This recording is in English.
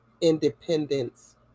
independence